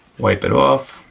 wipe it off,